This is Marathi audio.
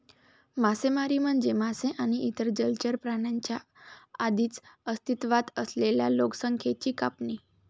मासेमारी म्हणजे मासे आणि इतर जलचर प्राण्यांच्या आधीच अस्तित्वात असलेल्या लोकसंख्येची कापणी